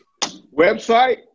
Website